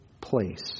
place